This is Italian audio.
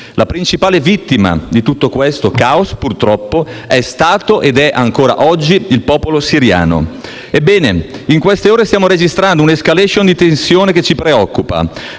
La principale vittima di tutto questo caos, purtroppo, è stato ed è ancora oggi il popolo siriano. Ebbene, in queste ore stiamo registrando un’escalation di tensione che ci preoccupa: